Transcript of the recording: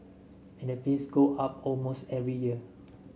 and the fees go up almost every year